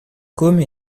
côme